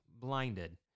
blinded